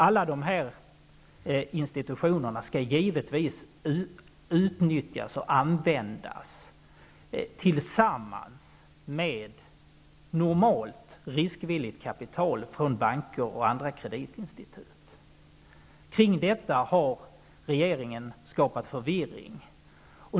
Alla dessa institutioner skall givetvis utnyttjas och användas tillsammans med normalt riskvilligt kapital från banker och andra kreditinstitut. Kring detta har regeringen skapat förvirring.